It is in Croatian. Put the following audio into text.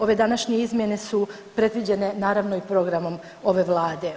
Ove današnje izmjene su predviđene naravno i programom ove Vlade.